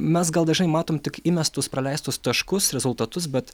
mes gal dažnai matom tik įmestus praleistus taškus rezultatus bet